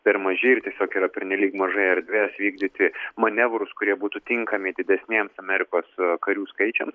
per maži ir tiesiog yra pernelyg mažai erdvės vykdyti manevrus kurie būtų tinkami didesniems amerikos karių skaičiams